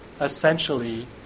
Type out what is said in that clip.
essentially